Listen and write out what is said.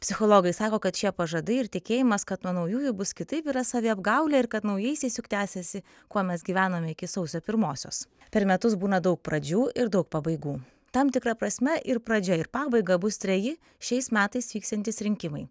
psichologai sako kad šie pažadai ir tikėjimas kad nuo naujųjų bus kitaip yra saviapgaulė ir kad naujaisiais juk tęsiasi kuo mes gyvenome iki sausio pirmosios per metus būna daug pradžių ir daug pabaigų tam tikra prasme ir pradžia ir pabaiga bus treji šiais metais vyksiantys rinkimai